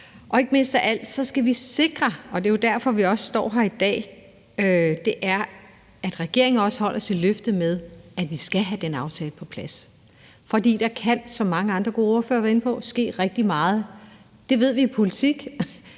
Ikke mindst skal vi sikre – og det er jo også derfor, vi står her i dag – at regeringen holder sit løfte om, at vi skal have den aftale på plads. For der kan, som mange andre gode ordførere var inde på, ske rigtig meget i politik.